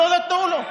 לכן תקשיב לו,